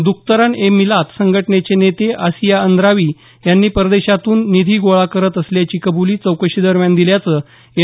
द्खतरन ए मिलात संघटनेचे नेते असिया अंद्रावी यांनी परदेशातून निधी गोळा करत असल्याची कब्ली चौकशी दरम्यान दिल्याचं एन